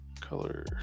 Color